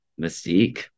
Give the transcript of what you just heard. Mystique